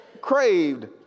craved